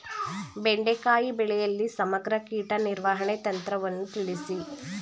ಬೆಂಡೆಕಾಯಿ ಬೆಳೆಯಲ್ಲಿ ಸಮಗ್ರ ಕೀಟ ನಿರ್ವಹಣೆ ತಂತ್ರವನ್ನು ತಿಳಿಸಿ?